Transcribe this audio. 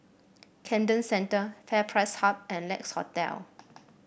Camden Centre FairPrice Hub and Lex Hotel